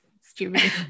stupid